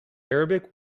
arabic